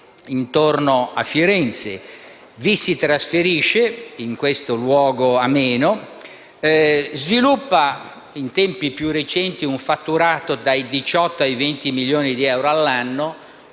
intorno a Firenze, si trasferisce in questo luogo ameno, sviluppa, in tempi più recenti, un fatturato dai 18 ai 20 milioni di euro all'anno